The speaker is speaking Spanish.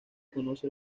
conoce